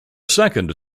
second